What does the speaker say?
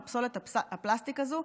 על פסולת הפלסטיק הזו.